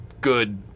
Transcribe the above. good